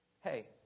Hey